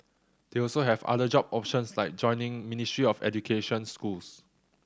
they also have other job options like joining Ministry of Education schools